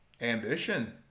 ambition